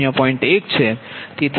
1 છે